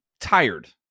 tired